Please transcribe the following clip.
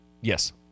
Yes